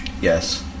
Yes